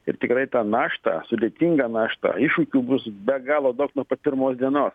ir tikrai tą naštą sudėtingą naštą iššūkių bus be galo daug nuo pat pirmos dienos